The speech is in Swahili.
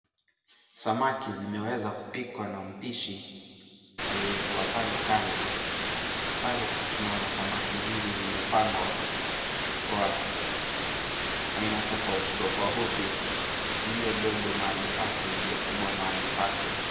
Samaki zimeweza kupikwa na mpishi aliyekuwa pale kando. Pale tunaona samaki hizi zimepangwa kwa aina tofauti tofauti, zile ndogo mahali pake, zile kubwa mahali pake.